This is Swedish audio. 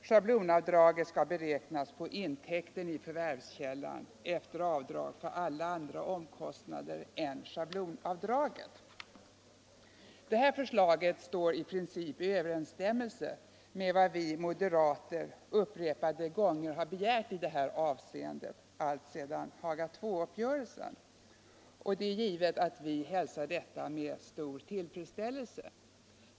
Schablonavdraget skall beräknas på intäkten i för Det här förslaget står i princip i överensstämmelse med vad vi moderater upprepade gånger har begärt i det här avseendet alltsedan Haga II uppgörelsen. Det är givet att vi hälsar detta förslag med stor tillfredsställelse.